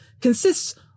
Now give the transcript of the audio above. consists